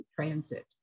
transit